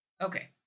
Okay